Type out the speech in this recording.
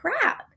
crap